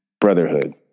brotherhood